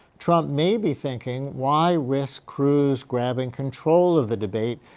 trump may be thinking why risk cruz grabbing control of the debate?